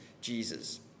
Jesus